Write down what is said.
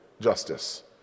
justice